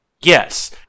Yes